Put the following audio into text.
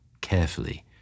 carefully